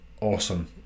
awesome